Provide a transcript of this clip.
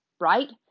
Right